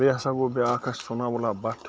بیٚیہِ ہَسا گوٚو بیٛاکھ اَکھ ثناء اللہ بٹ